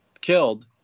killed